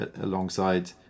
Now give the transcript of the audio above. alongside